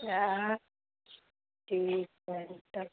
आएँ की कहैत छथि